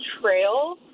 Trail